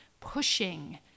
pushing